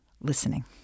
listening